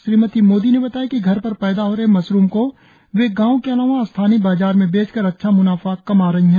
श्रीमती मोदी ने बताया कि घर पर पैदा हो रहे मशरुम को वे गांव के अलावा स्थानीय बाजार में बेचकर अच्छा मुनाफा कमा रही है